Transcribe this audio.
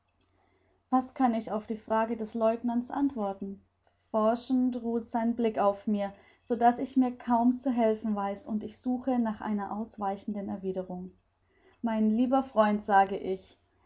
was kann ich auf die frage des lieutenants antworten forschend ruht sein blick auf mir so daß ich mir kaum zu helfen weiß und ich suche nach einer ausweichenden erwiderung mein lieber freund sage ich